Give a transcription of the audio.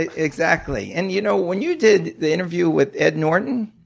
exactly. and you know, when you did the interview with ed norton,